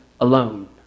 alone